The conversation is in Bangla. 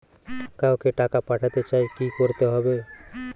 কাউকে টাকা পাঠাতে চাই কি করতে হবে?